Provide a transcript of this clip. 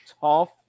tough